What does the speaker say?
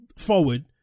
forward